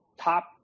top